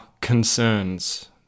concerns